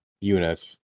unit